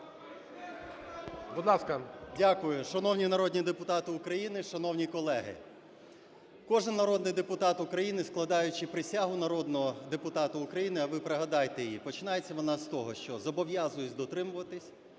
Дякую. Шановні народні депутати України, шановні колеги! Кожен народний депутат України, складаючи присягу народного депутата України – а ви пригадайте її – починається вона з того, що "зобов'язуюсь дотримуватися